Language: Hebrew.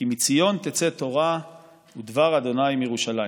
כי מציון תצא תורה ודבר ה' מירושלם".